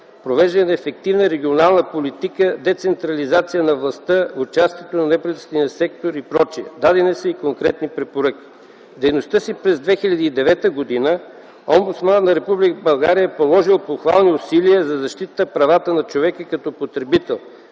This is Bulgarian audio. провеждане на ефективна регионална политика, децентрализация на властта, участието на неправителствения сектор и прочее. Дадени са и конкретни препоръки. В дейността си през 2009 г. омбудсманът на Република България е положил похвални усилия за защита на правата на човека като потребител,